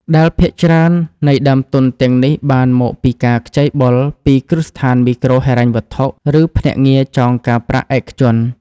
ដែលភាគច្រើននៃដើមទុនទាំងនេះបានមកពីការខ្ចីបុលពីគ្រឹះស្ថានមីក្រូហិរញ្ញវត្ថុ ឬភ្នាក់ងារចងការប្រាក់ឯកជន។